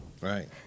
Right